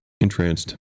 entranced